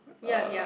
ya